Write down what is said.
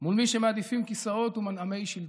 מול מי שמעדיפים כיסאות ומנעמי שלטון.